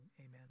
Amen